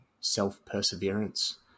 self-perseverance